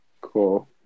Cool